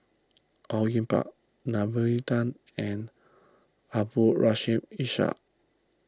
Au Yue Pak Naomi Tan and Abdul Rahim Ishak